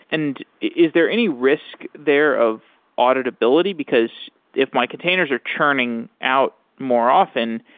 and is there any risk there of auditability, because if my containers are churning out more often,